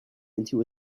into